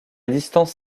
distance